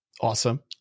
Awesome